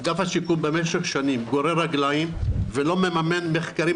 אגף השיקום במשך שנים גורר רגליים ולא מממן מחקרים